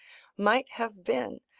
might have been,